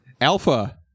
Alpha